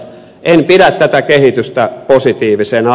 en pidä tätä kehitystä positiivisena